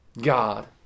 God